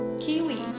kiwi